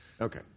Okay